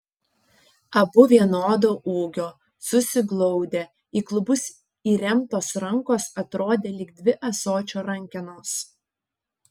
abu vienodo ūgio susiglaudę į klubus įremtos rankos atrodė lyg dvi ąsočio rankenos